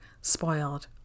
spoiled